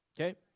Okay